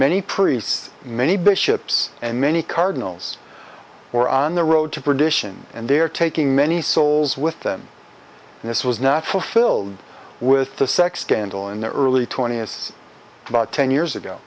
priests many bishops and many cardinals were on the road to perdition and they're taking many souls with them and this was not fulfilled with the sex scandal in the early twentieth about ten years ago